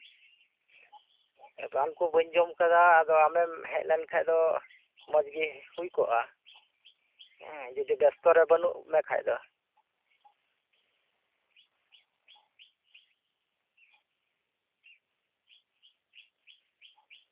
ᱨᱟᱱ ᱠᱚ ᱵᱟᱹᱧ ᱡᱚᱢ ᱟᱠᱟᱫᱟ ᱟᱫᱚ ᱟᱢᱮᱢ ᱦᱮᱡ ᱞᱮᱱ ᱠᱷᱟᱱ ᱫᱚ ᱢᱚᱸᱡᱽ ᱜᱮ ᱦᱩᱭ ᱠᱚᱜᱼᱟ ᱦᱩᱸ ᱡᱩᱫᱤ ᱵᱮᱥᱛᱚ ᱨᱮ ᱵᱟᱱᱩᱜ ᱢᱮ ᱠᱷᱟᱱ ᱫᱚ